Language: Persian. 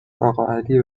اقاعلی